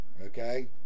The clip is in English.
Okay